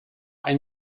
ein